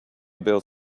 build